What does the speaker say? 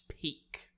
peak